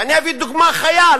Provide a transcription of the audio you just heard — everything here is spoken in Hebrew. ואני אביא דוגמה חיה.